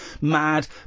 mad